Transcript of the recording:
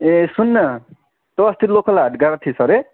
ए सुन न तँ अस्ति लोकल हाट गएको थिइस् हरे